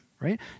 right